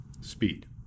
speed